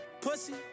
Pussy